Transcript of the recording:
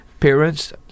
Parents